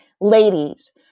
Ladies